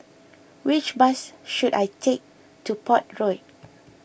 which bus should I take to Port Road